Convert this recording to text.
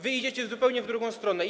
Wy idziecie zupełnie w drugą stronę.